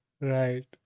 Right